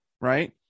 right